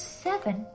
seven